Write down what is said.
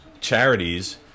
charities